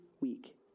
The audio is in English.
week